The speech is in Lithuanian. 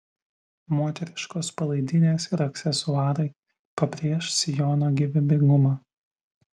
moteriškos palaidinės ir aksesuarai pabrėš sijono gyvybingumą